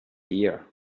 here